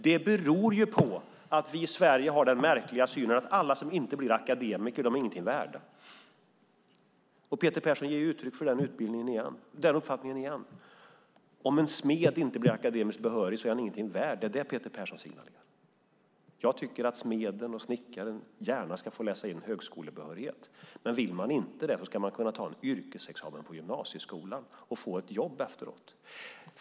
Det beror på att vi i Sverige har den märkliga synen att alla som inte blir akademiker inte är något värda. Peter Persson ger uttryck för den uppfattningen. Om en smed inte blir akademiskt behörig är han ingenting värd; det är det Peter Persson signalerar. Jag tycker att smeden och snickaren gärna ska få läsa in högskolebehörighet, men vill man inte det ska man kunna ta en yrkesexamen på gymnasieskolan och få ett jobb efteråt.